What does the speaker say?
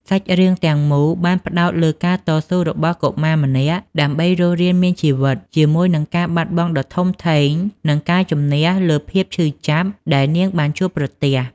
សាច់រឿងទាំងមូលបានផ្តោតលើការតស៊ូរបស់កុមារម្នាក់ដើម្បីរស់រានមានជីវិត ជាមួយនឹងការបាត់បង់ដ៏ធំធេង និងការជម្នះលើភាពឈឺចាប់ដែលនាងបានជួបប្រទះ។